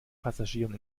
passagieren